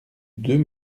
deux